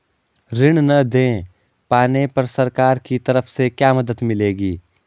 ऋण न दें पाने पर सरकार की तरफ से क्या मदद मिलेगी?